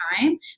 time